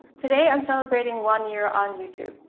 today i'm celebrating one year on youtube.